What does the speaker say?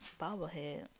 Bobblehead